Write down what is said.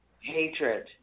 hatred